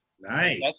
Nice